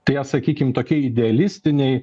tie sakykim tokie idealistiniai